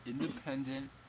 independent